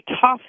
tough